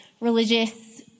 religious